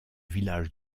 village